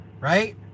right